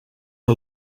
are